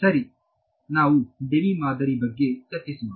ಸರಿ ನಾವು ಡೆಬಿ ಮಾದರಿ ಬಗ್ಗೆ ಚರ್ಚಿಸುವ